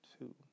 two